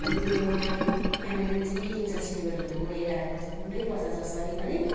अनि मेरो वहाँ एमर्जेन्सी मिटिङ छ सिलगढीमा म एघार बजी पुग्नै पर्छ जसरी पनि